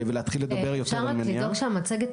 ולהתחיל לדבר יותר על מניעה.